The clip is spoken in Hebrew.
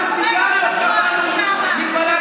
אבל,